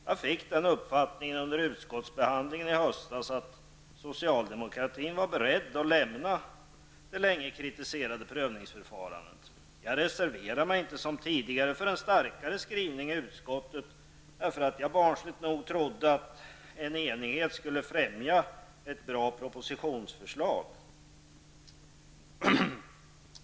Jag fick den uppfattningen under utskottsbehandlingen i höstas, att socialdemokraterna var beredda att lämna det länge kritiserade prövningsförfarandet. Jag reserverade mig inte, vilket jag hade gjort tidigare, för en starkare skrivning i utskottet, eftersom jag barnsligt nog trodde att en enighet skulle främja ett bra propositionsförslag.